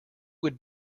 would